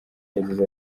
yagize